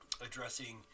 addressing